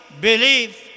believe